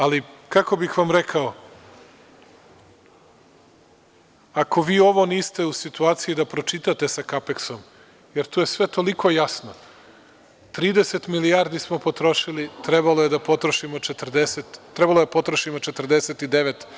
Ali, kako bih vam rekao, ako vi ovo niste u situacijida pročitate sa Kapeksom, jer tu je sve toliko jasno, 30 milijardi smo potrošili, trebalo je da potrošimo 49, skoro 50.